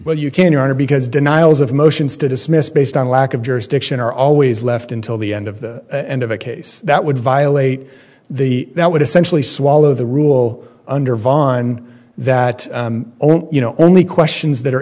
where you can order because denials of motions to dismiss based on lack of jurisdiction are always left until the end of the end of a case that would violate the that would essentially swallow the rule under vonne that only you know only questions that are